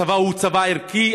הצבא הוא צבא ערכי,